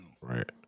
Right